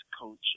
coach